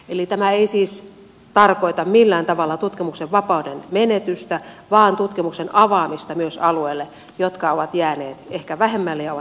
eli tämä ei siis tarkoita millään tavalla tutkimuksen vapauden menetystä vaan tutkimuksen avaamista myös alueille jotka ovat jääneet ehkä vähemmälle ja